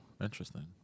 interesting